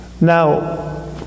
now